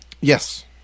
Yes